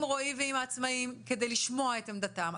רועי ועם העצמאים כדי לשמוע את עמדתם,